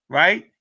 right